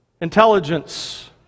intelligence